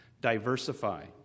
Diversify